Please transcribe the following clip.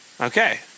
Okay